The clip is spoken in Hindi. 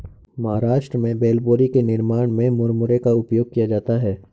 महाराष्ट्र में भेलपुरी के निर्माण में मुरमुरे का उपयोग किया जाता है